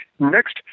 Next